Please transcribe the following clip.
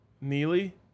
Neely